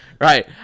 Right